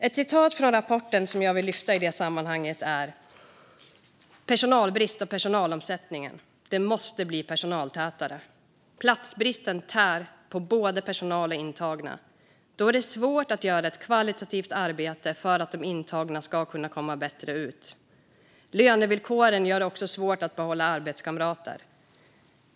Ett citat från rapporten som jag vill lyfta i sammanhanget är: "Personalbrist och personalomsättningen. Det måste bli personaltätare. Platsbristen tär på både personal och intagna. Då är det svårt att göra ett kvalitativt arbete för att de intagna ska komma bättre ut. Lönevillkoren gör det också svårt att behålla arbetskamrater.